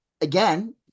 again